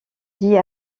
dit